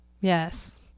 yes